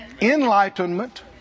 enlightenment